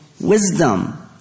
wisdom